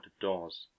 doors